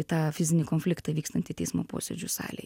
į tą fizinį konfliktą vykstantį teismo posėdžių salėje